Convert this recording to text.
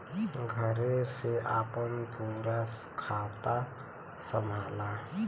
घरे से आपन पूरा खाता संभाला